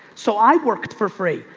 so i worked for free.